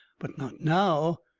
but not now!